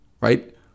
right